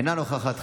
אינה נוכחת,